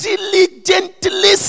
Diligently